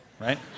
Right